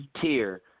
tier